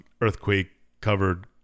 earthquake-covered